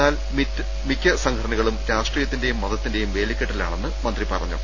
എന്നാൽ മിക്ക സംഘടനകളും രാഷ്ട്രീയത്തിന്റെയും മതത്തിന്റെയും വേലിക്കെട്ടിലാണെന്ന് മന്ത്രി പറഞ്ഞു